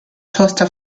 toaster